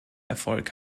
erfolg